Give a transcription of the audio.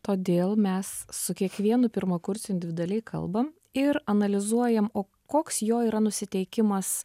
todėl mes su kiekvienu pirmakursiu individualiai kalbam ir analizuojam o koks jo yra nusiteikimas